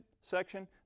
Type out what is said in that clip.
section